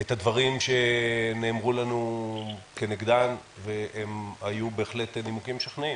את הדברים שנאמרו לנו כנגדן והם היו בהחלט נימוקים משכנעים.